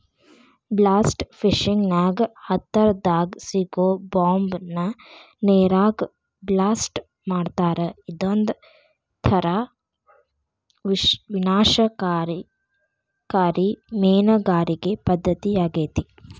blast fishing ನ್ಯಾಗ ಹತ್ತರದಾಗ ಸಿಗೋ ಬಾಂಬ್ ನ ನೇರಾಗ ಬ್ಲಾಸ್ಟ್ ಮಾಡ್ತಾರಾ ಇದೊಂತರ ವಿನಾಶಕಾರಿ ಮೇನಗಾರಿಕೆ ಪದ್ದತಿಯಾಗೇತಿ